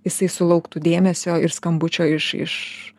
jisai sulauktų dėmesio ir skambučio iš iš